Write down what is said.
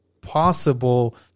possible